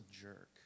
jerk